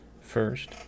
first